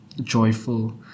joyful